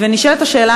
נשאלת השאלה,